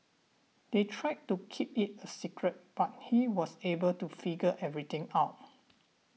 they tried to keep it a secret but he was able to figure everything out